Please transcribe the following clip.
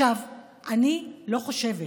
אני לא חושבת